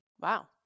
Wow